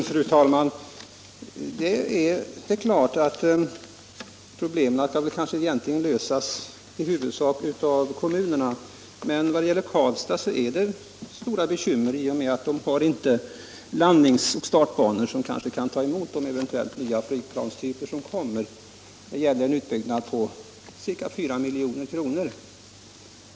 Fru talman! Det är klart att de här problemen egentligen skall lösas i huvudsak av kommunerna. Men vad gäller Karlstad är det stora bekymmer i och med att man inte har startoch landningsbanor som kan ta emot de eventuella nya flygplanstyper som kommer. Det gäller en utbyggnad för ca 4 milj.kr.